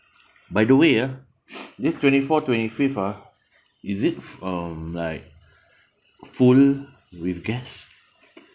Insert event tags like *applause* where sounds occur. by the way ah *noise* this twenty four twenty fifth ah is it f~ um like full with guests